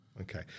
Okay